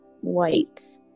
white